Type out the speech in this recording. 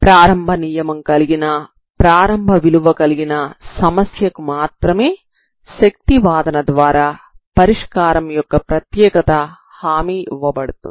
ప్రారంభం నియమం కలిగిన ప్రారంభ విలువ కలిగిన సమస్య కు మాత్రమే శక్తివాదన ద్వారా పరిష్కారం యొక్క ప్రత్యేకత హామీ ఇవ్వబడుతుంది